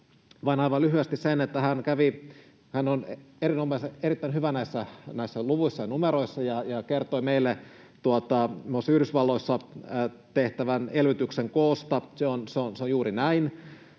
hän on erittäin hyvä näissä luvuissa ja numeroissa ja kertoi meille muun muassa Yhdysvalloissa tehtävän elvytyksen koosta, ja se on juuri näin.